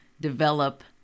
develop